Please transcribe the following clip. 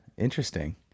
Interesting